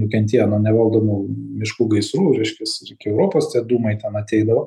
nukentėjo nuo nevaldomų miškų gaisrų reiškias ir iki europos tie dūmai ten ateidavo